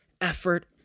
effort